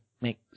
make